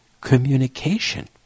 communication